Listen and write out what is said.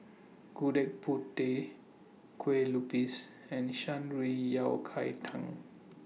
Gudeg Putih Kueh Lupis and Shan Rui Yao Cai Tang